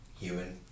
human